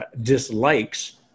dislikes